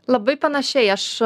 labai panašiai aš